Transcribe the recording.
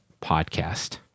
podcast